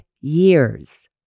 years